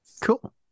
Cool